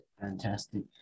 Fantastic